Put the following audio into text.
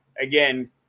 again